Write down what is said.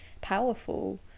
powerful